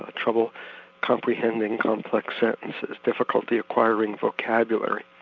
ah trouble comprehending complex sentences, difficulty acquiring vocabulary.